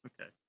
Okay